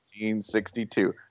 1962